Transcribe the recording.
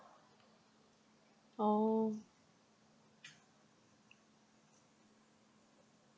oh